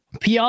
PR